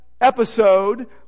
episode